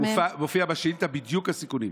מופיעים בשאילתה בדיוק הסיכונים,